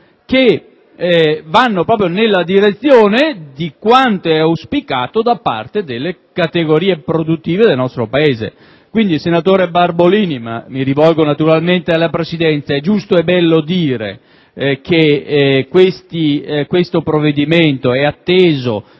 che vanno proprio nella direzione di quanto è auspicato da parte delle categorie produttive del nostro Paese. Quindi, senatore Barbolini (ma mi rivolgo naturalmente alla Presidenza), è giusto e bello dire che questo provvedimento è atteso